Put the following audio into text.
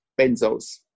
benzos